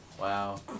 Wow